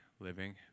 living